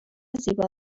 زیبا